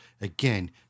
again